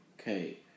Okay